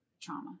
trauma